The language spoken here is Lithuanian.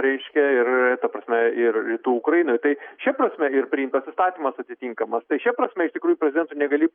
reiškia ir ta prasme ir rytų ukrainoj tai šia prasme ir priimtas įstatymas atitinkamas tai šia prasme iš tikrųjų prezidentu negali